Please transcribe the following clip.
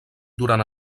durant